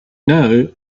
know